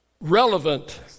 Relevant